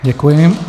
Děkuji.